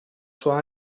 sua